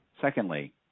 Secondly